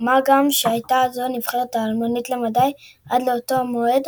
מה גם שהייתה זו נבחרת אלמונית למדי עד לאותו מועד,